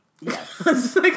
Yes